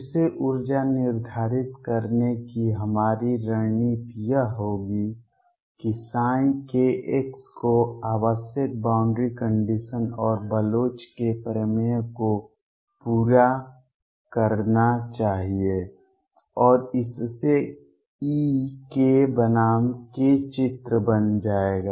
फिर से ऊर्जा निर्धारित करने की हमारी रणनीति यह होगी कि k को आवश्यक बॉउंड्री कंडीशंस और बलोच के प्रमेय को पूरा करना चाहिए और इससे E k बनाम k चित्र बन जाएगा